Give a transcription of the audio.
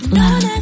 love